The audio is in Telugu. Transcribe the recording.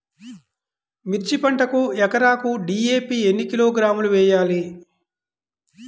మిర్చి పంటకు ఎకరాకు డీ.ఏ.పీ ఎన్ని కిలోగ్రాములు వేయాలి?